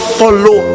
follow